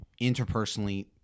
interpersonally